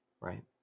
Right